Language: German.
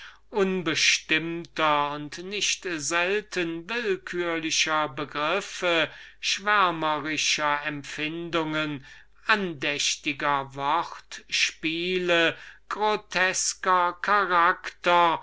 unbestimmter und nicht selten willkürlicher begriffe schwärmerischer empfindungen andächtiger wortspiele grotesker charaktern